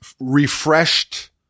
refreshed